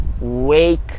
wake